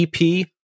EP